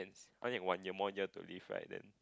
one it one year one year to live right then